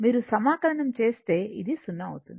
మీరు సమాకలనము చేస్తే ఇది 0 అవుతుంది